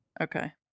Okay